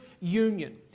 union